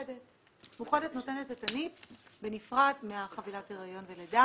מאוחדת נותנת את ה-NIPT בנפרד מחבילת ההריון והלידה.